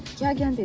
ya ya and